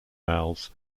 malls